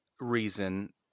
reason